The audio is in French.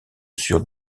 sur